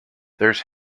there’s